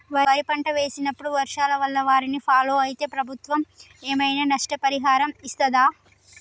వరి పంట వేసినప్పుడు వర్షాల వల్ల వారిని ఫాలో అయితే ప్రభుత్వం ఏమైనా నష్టపరిహారం ఇస్తదా?